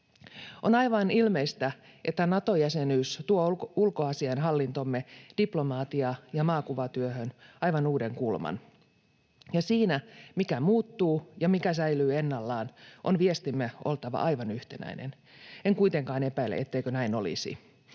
On aivan ilmeistä, että Nato-jäsenyys tuo ulkoasiainhallintomme diplomatia- ja maakuvatyöhön aivan uuden kulman, ja siinä, mikä muuttuu ja mikä säilyy ennallaan, on viestimme oltava aivan yhtenäinen. En kuitenkaan epäile, etteikö näin olisi.